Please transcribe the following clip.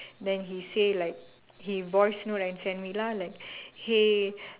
then he say like he voice note and send me lah like hey